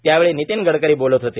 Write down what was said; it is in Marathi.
त्यावेळी नितीन गडकरी बोलत होते